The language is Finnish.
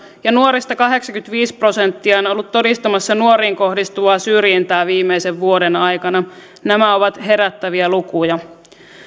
ja nuorista kahdeksankymmentäviisi prosenttia on on ollut todistamassa nuoriin kohdistuvaa syrjintää viimeisen vuoden aikana nämä ovat herättäviä lukuja